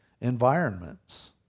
environments